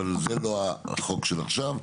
אבל זה לא החוק של עכשיו.